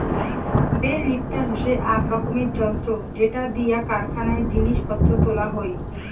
bell lifter হসে আক রকমের যন্ত্র যেটা দিয়া কারখানায় জিনিস পত্র তোলা হই